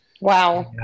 Wow